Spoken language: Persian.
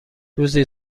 روزی